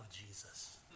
Jesus